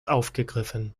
aufgegriffen